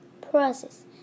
Process